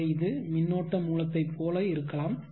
எனவே இது மின்னோட்ட மூலத்தைப் போல இருக்கலாம்